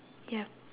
ya